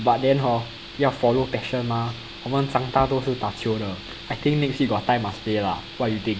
but then hor 要 follow mah 我们都是打球的 I think next week got time must play lah what you think